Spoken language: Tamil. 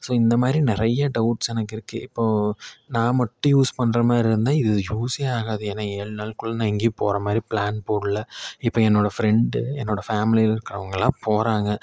ஸோ இந்த மாதிரி நிறைய டௌட்ஸ் எனக்கு இருக்குது இப்போது நான் மட்டும் யூஸ் பண்ணுற மாதிரி இருந்தால் இது யூஸ் ஆகாது ஏன்னா ஏழு நாளுக்குள்ளே நான் எங்கேயும் போகிற மாதிரி பிளான் போடல இப்போ என்னோடய ஃப்ரெண்டு என்னோடய ஃபேம்லியில் இருக்கறவங்கலாம் போகிறாங்க